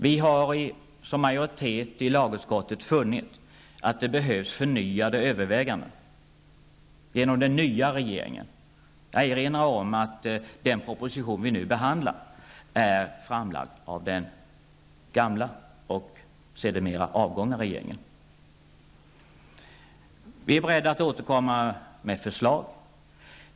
Vi i majoriteten i lagutskottet har funnit att det behövs förnyade överväganden av den nya regeringen; jag erinrar om att den proposition vi nu behandlar är framlagd av den gamla och sedermera avgångna regeringen. Vi är beredda att återkomma med förslag.